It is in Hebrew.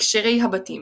הקשרי הבתים